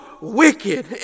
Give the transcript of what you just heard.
wicked